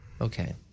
Okay